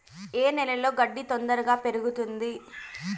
ఏ నేలలో గడ్డి తొందరగా పెరుగుతుంది